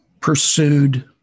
pursued